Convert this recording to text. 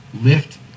lift